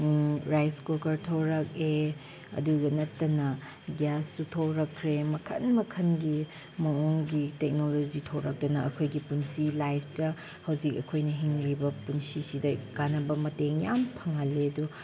rice cooker ꯊꯣꯔꯛꯑꯦ ꯑꯗꯨꯗ ꯅꯠꯇꯅ ꯒ꯭ꯌꯥꯁꯁꯨ ꯊꯣꯛꯂꯛꯈ꯭ꯔꯦ ꯃꯈꯜ ꯃꯈꯜꯒꯤ ꯃꯑꯣꯡꯒꯤ ꯇꯦꯛꯅꯣꯂꯣꯖꯤ ꯊꯣꯔꯛꯇꯨꯅ ꯑꯩꯈꯣꯏꯒꯤ ꯄꯨꯟꯁꯤ ꯂꯥꯏꯐꯇ ꯍꯧꯖꯤꯛ ꯑꯩꯈꯣꯏꯅ ꯍꯤꯡꯂꯤꯕ ꯄꯨꯟꯁꯤꯁꯤꯗ ꯀꯥꯟꯅꯕ ꯃꯇꯦꯡ ꯌꯥꯝ ꯐꯪꯍꯜꯂꯦ ꯑꯗꯨ